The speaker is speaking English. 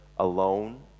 Alone